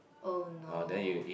oh no